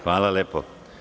Hvala lepo.